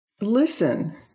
listen